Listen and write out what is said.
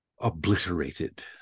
obliterated